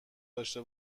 داشته